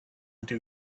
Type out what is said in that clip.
into